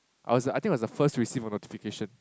I was like I think I was the first to receive a notification